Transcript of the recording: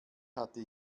hatte